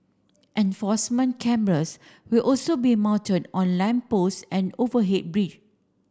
enforcement cameras will also be mounted on lamp post and overhead bridge